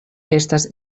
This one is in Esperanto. estas